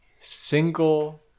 single